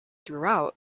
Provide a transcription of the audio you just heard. throughout